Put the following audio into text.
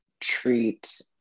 treat